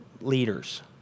leaders